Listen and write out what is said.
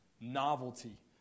novelty